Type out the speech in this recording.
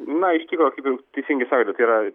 na iš tikro kaip jau teisingai sakote tai yra